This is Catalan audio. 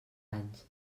anys